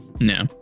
no